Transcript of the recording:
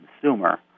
consumer